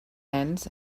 hands